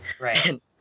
right